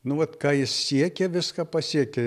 nu vat ką jis siekė viską pasiekė